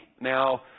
now